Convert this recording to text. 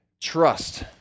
trust